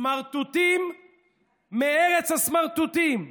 סמרטוטים מארץ הסמרטוטים.